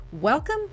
welcome